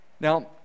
now